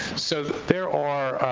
so there are,